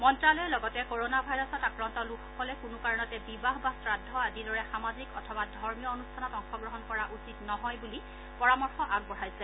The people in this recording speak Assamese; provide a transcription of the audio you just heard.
মন্ত্যালয়ে লগতে ক'ৰ'ণা ভাইৰাছত আক্ৰান্ত লোকসকলে কোনো কাৰণতে বিবাহ বা শ্ৰাদ্ধ আদিৰ দৰে সামাজিক অথবা ধৰ্মীয় অনুষ্ঠানত অংশগ্ৰহণ কৰা উচিত নহয় বুলি পৰামৰ্শ আগবঢ়াইছে